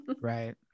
right